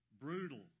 brutal